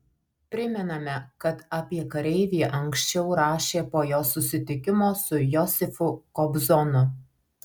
primename kad apie kareivį anksčiau rašė po jo susitikimo su josifu kobzonu